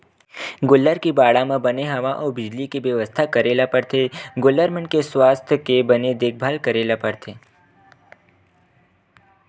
गोल्लर के बाड़ा म बने हवा अउ बिजली के बेवस्था करे ल परथे गोल्लर मन के सुवास्थ के बने देखभाल करे ल परथे